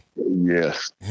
Yes